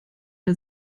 der